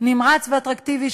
נמרץ ואטרקטיבי,